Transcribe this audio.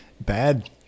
bad